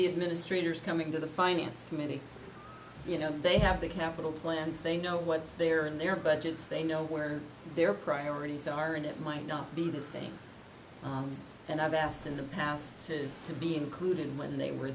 the administrators coming to the finance committee you know they have the capital plans they know what's there in their budgets they know where their priorities are and it might not be the same and i've asked in the past to to be included when they were